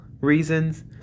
reasons